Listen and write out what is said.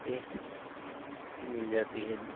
एह शांति मिल जाती है